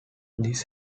this